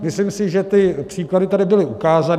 Myslím si, že ty příklady tady byly ukázány.